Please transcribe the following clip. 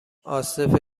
عاصف